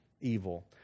evil